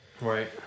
Right